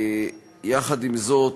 יחד עם זאת,